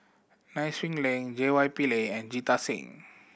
Nai Swee Leng J Y Pillay and Jita Singh